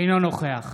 אינו נוכח